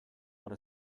what